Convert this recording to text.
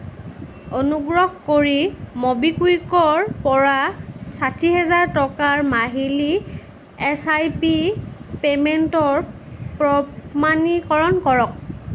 অনুগ্ৰহ কৰি ম'বিকুইকৰ পৰা ষাঠি হাজাৰ টকাৰ মাহিলী এছ আই পি পে'মেণ্টৰ প্ৰমাণীকৰণ কৰক